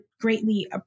greatly